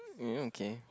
mm okay